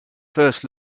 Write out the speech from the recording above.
first